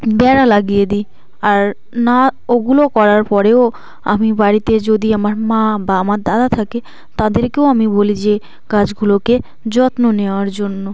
বেড়া লাগিয়ে দিই আর না ওগুলো করার পরেও আমি বাড়িতে যদি আমার মা বা আমার দাদা থাকে তাদেরকেও আমি বলি যে গাছগুলোকে যত্ন নেওয়ার জন্য